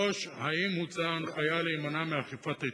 3. האם הוצאה הנחיה להימנע מאכיפת ההתחייבות?